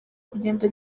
kugenda